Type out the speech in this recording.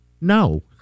no